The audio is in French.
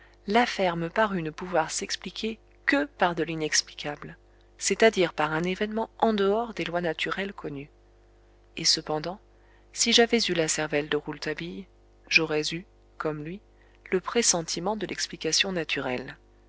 l'affaire me parut ne pouvoir s'expliquer que par de l'inexplicable c'est-à-dire par un événement en dehors des lois naturelles connues et cependant si j'avais eu la cervelle de rouletabille j'aurais eu comme lui le pressentiment de l'explication naturelle